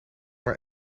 maar